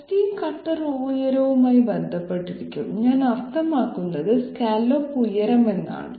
XD cutter ഉയരവുമായി ബന്ധപ്പെട്ടിരിക്കും ഞാൻ അർത്ഥമാക്കുന്നത് സ്കല്ലോപ്പ് ഉയരം എന്നാണ്